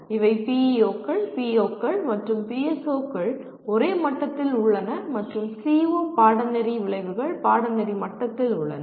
இவை PEO கள் PO கள் மற்றும் PSO கள் ஒரே மட்டத்தில் உள்ளன மற்றும் CO பாடநெறி விளைவுகள் பாடநெறி மட்டத்தில் உள்ளன